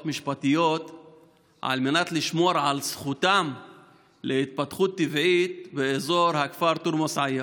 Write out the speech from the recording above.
משפטיות על מנת לשמור על זכותם להתפתחות טבעית באזור הכפר תורמוס עיא,